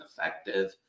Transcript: effective